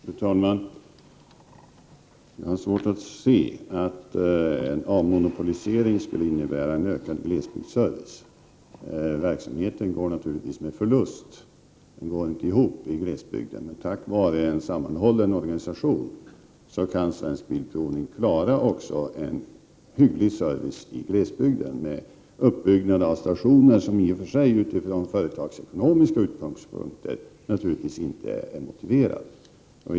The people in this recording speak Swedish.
Fru talman! Jag har svårt att se att en avmonopolisering skulle innebära en ökad glesbygdsservice. Verksamheten går naturligtvis med förlust i glesbygden, men tack vare sammanhållen organisation kan Svensk Bilprovning klara en hygglig service också i glesbygden med uppbyggnad av stationer som i och för sig utifrån företagsekonomiska utgångspunkter naturligtvis inte är motiverade.